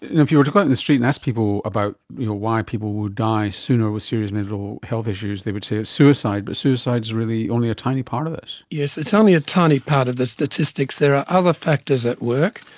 if you were to go out in the street and ask people about why people would die sooner with serious mental health issues, they would say it's suicide, but suicide is really only a tiny part of this. yes, it's only a tiny part of the statistics, there are other factors at work.